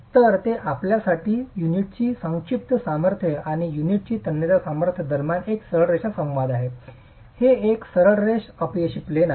तर ते आपल्यासाठी युनिटची संक्षिप्त सामर्थ्य आणि युनिटची तन्यता सामर्थ्य दरम्यान एक सरळ रेषा संवाद आहे हे एक सरळ रेष अपयशी प्लेन आहे